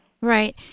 Right